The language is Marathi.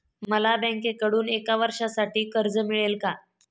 मला बँकेकडून एका वर्षासाठी कर्ज मिळेल का?